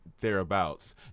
thereabouts